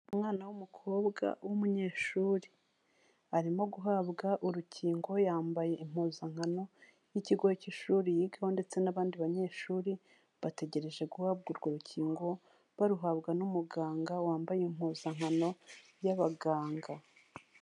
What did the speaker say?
Umwana w'umukobwa w'umunyeshuri, arimo guhabwa urukingo yambaye impuzankano y'ikigo cy'ishuri yigaho ndetse n'abandi banyeshuri bategereje guhabwa urwo rukingo, baruhabwa n'umuganga wambaye impuzankano y'abaganga.